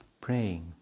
praying